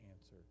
answer